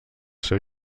seu